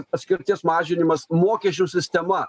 atskirties mažinimas mokesčių sistema